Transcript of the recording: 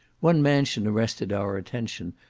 one mansion arrested our attention,